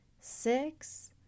six